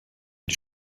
die